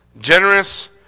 Generous